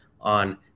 on